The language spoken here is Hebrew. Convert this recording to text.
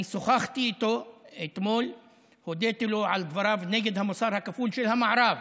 אני שוחחתי איתו אתמול והודיתי לו על דבריו נגד המוסר הכפול של המערב.